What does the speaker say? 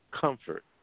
comfort